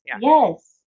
yes